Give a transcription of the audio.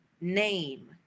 name